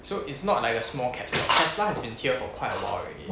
so it's not like a small caps lor tesla has been here for quite awhile already